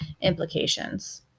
implications